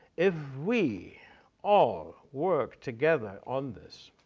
if we all work together on this